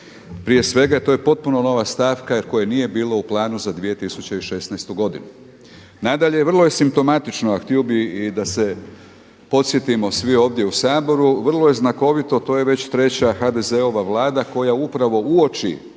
Prije svega to je potpuno nova stavka jer koje nije bilo u planu za 2016. godinu. Nadalje, vrlo je simptomatično a htio bi i da se podsjetimo svi ovdje u Saboru, vrlo je znakovito to je već treća HDZ-ova Vlada koja upravo uoči